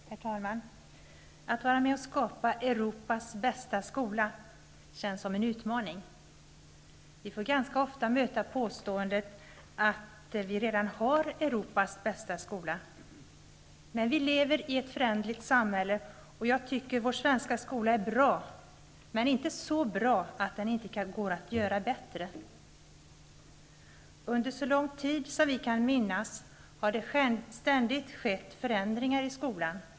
Herr talman! Att vara med och skapa Europas bästa skola känns som en utmaning. Vi får ganska ofta möta påståendet att vi redan har Europas bästa skola. Men vi lever i ett föränderligt samhälle. Jag tycker att vår svenska skola är bra, men inte så bra att den inte går att göra bättre. Under så lång tid som vi kan minnas har det ständigt skett förändringar i skolan.